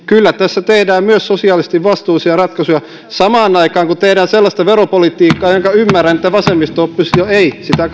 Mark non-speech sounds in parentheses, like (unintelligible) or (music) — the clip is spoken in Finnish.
kyllä tässä tehdään myös sosiaalisesti vastuullisia ratkaisuja samaan aikaan kun tehdään sellaista veropolitiikkaa josta ymmärrän että vasemmisto oppositio ei sitä (unintelligible)